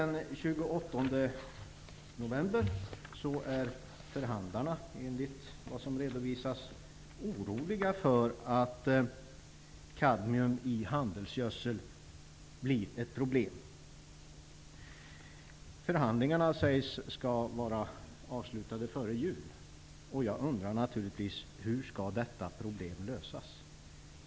november är förhandlarna oroliga för att kadmium i handelsgödsel blir ett problem. Det sägs att förhandlingarna skall vara avslutade före jul. Jag undrar naturligtvis hur detta problem skall lösas.